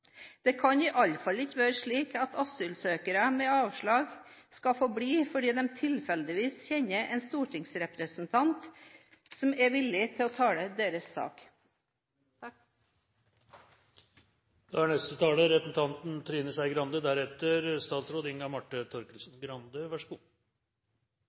Det kan i alle fall ikke være slik at asylsøkere med avslag skal få bli fordi de tilfeldigvis kjenner en stortingsrepresentant som er villig til å tale deres sak.